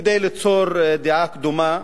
כדי ליצור דעה קדומה,